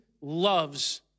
loves